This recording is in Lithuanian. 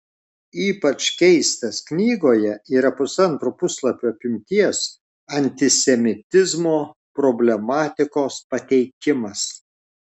ypač keistas knygoje yra pusantro puslapio apimties antisemitizmo problematikos pateikimas